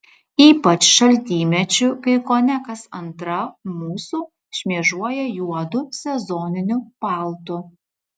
ypač šaltymečiu kai kone kas antra mūsų šmėžuoja juodu sezoniniu paltu